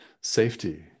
Safety